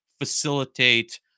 facilitate